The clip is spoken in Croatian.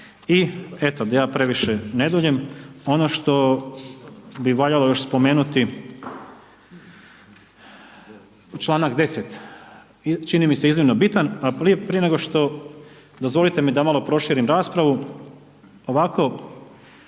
I eto da ja previše ne duljim, ono što bi valjalo još spomenuti, članak 10., čini mi se iznimno bitan. Prije nego što, dozvolite mi da malo proširim raspravu, ovako